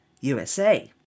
USA